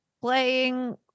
playing